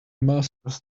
masters